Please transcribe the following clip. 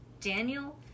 Daniel